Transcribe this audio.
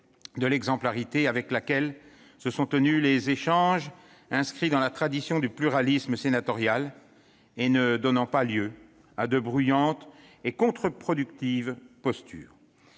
de l'exemplarité avec laquelle se sont tenus des échanges inscrits dans la tradition du pluralisme sénatorial et ne donnant pas lieu à de bruyantes et contre-productives postures.